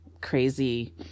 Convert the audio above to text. crazy